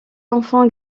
enfants